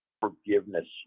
forgiveness